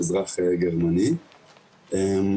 ישראלית אז יש חריג ואפשר להגיש בקשה למעין ועדת חריגים ואפשר